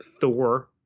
Thor